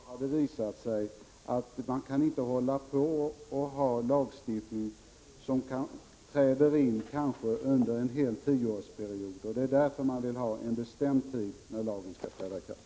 Herr talman! När det gäller arrendelagstiftningen har det visat sig att man inte kan ha en lagstiftning som börjar träda i kraft under kanske en hel tioårsperiod. Det är därför som man vill ha en bestämd tidpunkt för när lagen skall träda i kraft.